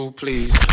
please